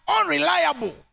unreliable